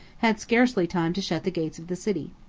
had scarcely time to shut the gates of the city.